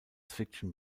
fiction